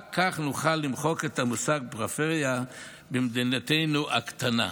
רק כך נוכל למחוק את המושג "פריפריה" במדינתנו הקטנה.